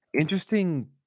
interesting